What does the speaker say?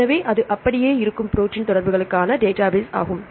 எனவே இது அப்படியே இருக்கும் ப்ரோடீன் தொடர்புகளுக்கான டேட்டாபேஸ் ஆகும்